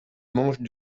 mange